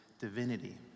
divinity